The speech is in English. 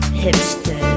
hipster